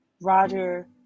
Roger